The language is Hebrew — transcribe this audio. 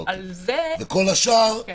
וכל השאר ועדה.